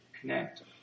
connect